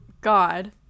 God